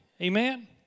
Amen